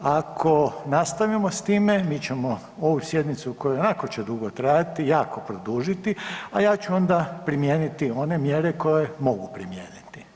Ako nastavimo s time mi ćemo ovu sjednicu koja ionako će dugo trajati jako produžiti, a ja ću onda primijeniti one mjere koje mogu primijeniti.